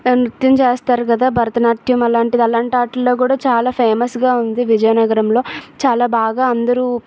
నృత్యం చేస్తారు కదా భరతనాట్యం అలాంటిది అలాంటి వాటిలో కూడా చాలా ఫేమస్గా ఉంది విజయనగరంలో చాలా బాగా అందరు